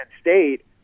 State